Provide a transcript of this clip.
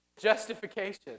Justification